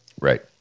Right